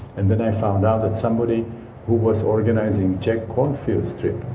and then i found out that somebody who was organizing jack kornfield's trip